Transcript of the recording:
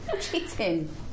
Cheating